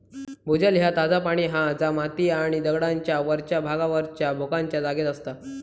भूजल ह्या ताजा पाणी हा जा माती आणि दगडांच्या वरच्या भागावरच्या भोकांच्या जागेत असता